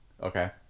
Okay